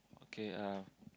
okay uh